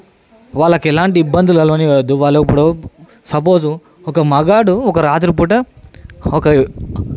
వాళ్లకి ఎలాంటి ఇబ్బందులలో కలుగనివ్వద్దు వాళ్లిప్పుడు సపోజ్ ఒక మగాడు ఒక రాత్రిపూట ఒక